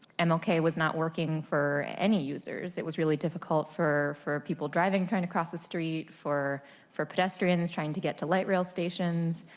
and was not working for any users. it was really difficult for for people driving trying to cross the street. for for pedestrians trying to get to light rail stations.